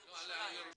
על ירושלים.